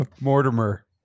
mortimer